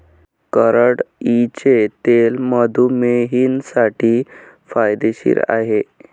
करडईचे तेल मधुमेहींसाठी फायदेशीर आहे